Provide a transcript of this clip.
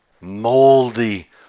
moldy